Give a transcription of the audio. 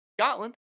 Scotland